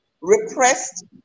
repressed